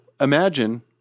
imagine